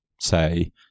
say